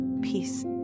peace